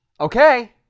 Okay